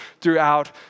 throughout